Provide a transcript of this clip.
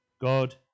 God